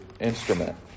instrument